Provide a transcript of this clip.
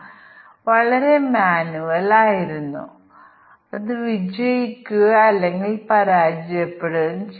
ഇപ്പോൾ വ്യത്യസ്ത ഡിസ്കൌണ്ടുകൾ നൽകുന്ന വിവിധ വ്യവസ്ഥകൾ ഉണ്ട്